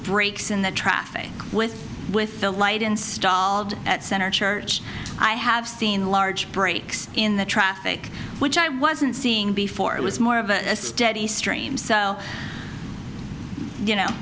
breaks in the traffic with with the light installed at center church i have seen large breaks in the traffic which i wasn't seeing before it was more of a steady stream cell you know